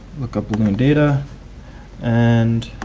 look up balloon data and